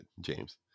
James